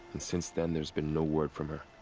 and since then there's been no word from her.